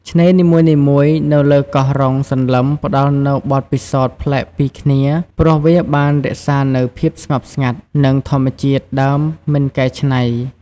ឆ្នេរនីមួយៗនៅលើកោះរ៉ុងសន្លឹមផ្តល់នូវបទពិសោធន៍ប្លែកពីគ្នា ព្រោះវាបានរក្សានូវភាពស្ងប់ស្ងាត់ និងធម្មជាតិដើមមិនកែច្នៃ។